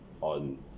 on